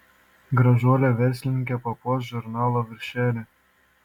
gražuolė verslininkė papuoš žurnalo viršelį